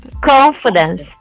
confidence